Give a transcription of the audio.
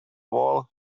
wall